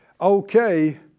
okay